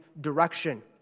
direction